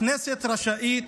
הכנסת רשאית